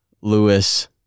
Lewis